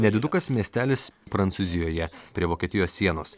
nedidukas miestelis prancūzijoje prie vokietijos sienos